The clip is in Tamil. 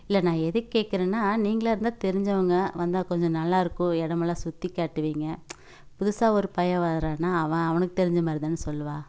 இல்லை நான் எதுக்கு கேட்கறன்னா நீங்களாக இருந்தால் தெரிஞ்சவுங்க வந்தால் கொஞ்சம் நல்லாயிருக்கும் இடமெல்லாம் சுற்றிக் காட்டுவீங்க புதுசாக ஒரு பயல் வர்றான்னால் அவன் அவனுக்கு தெரிஞ்ச மாரிதான சொல்லுவான்